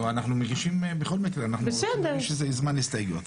בכל מקרה, אנחנו רוצים זמן להסתייגויות.